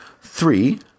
three